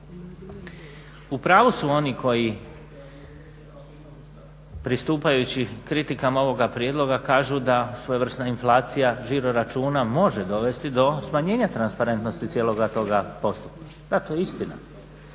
U pravu su oni koji pristupajući kritikama ovog prijedloga kažu da svojevrsna inflacija žiroračuna može dovesti do smanjenja transparentnosti cijeloga toga postupka. Da, to je istina,